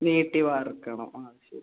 നീട്ടി വാർക്കണം ആ ശരി